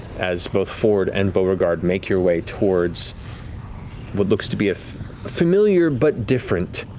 as both fjord and beauregard make your way towards what looks to be a familiar but different